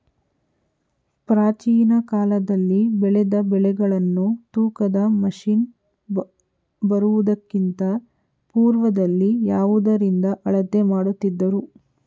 ಪ್ರಾಚೀನ ಕಾಲದಲ್ಲಿ ಬೆಳೆದ ಬೆಳೆಗಳನ್ನು ತೂಕದ ಮಷಿನ್ ಬರುವುದಕ್ಕಿಂತ ಪೂರ್ವದಲ್ಲಿ ಯಾವುದರಿಂದ ಅಳತೆ ಮಾಡುತ್ತಿದ್ದರು?